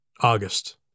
August